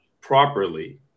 properly